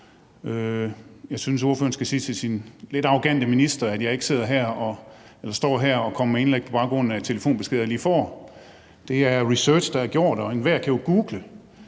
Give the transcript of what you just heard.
Jeg synes, at ordføreren skal sige til sin lidt arrogante minister, at jeg ikke står her og kommer med indlæg på baggrund af telefonbeskeder, jeg lige får – det er research, der er blevet foretaget, og enhver kan jo google